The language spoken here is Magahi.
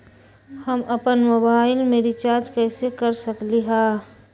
हम अपन मोबाइल में रिचार्ज कैसे कर सकली ह?